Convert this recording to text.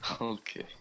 Okay